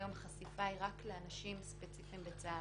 היום החשיפה היא רק לאנשים ספציפיים בצה"ל.